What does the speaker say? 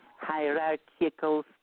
hierarchical